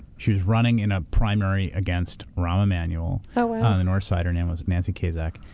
she was running in a primary against rahm emanuel so on the north side, her name was nancy kasak,